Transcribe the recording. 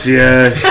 yes